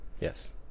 Yes